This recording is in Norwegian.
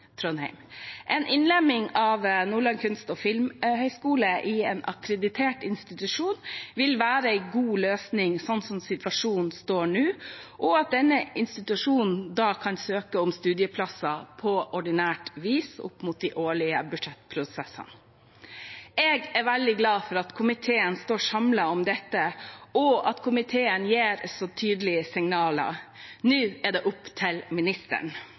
en akkreditert institusjon vil være en god løsning slik situasjonen står nå, og at denne institusjonen kan søke om studieplasser på ordinært vis opp mot de årlige budsjettprosessene. Jeg er veldig glad for at komiteen står samlet om dette, og at komiteen gir så tydelige signaler. Nå er det opp til